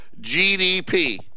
GDP